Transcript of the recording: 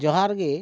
ᱡᱚᱦᱟᱨ ᱜᱮ